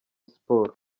siporo